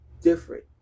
different